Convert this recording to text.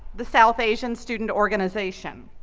the south asian student organization.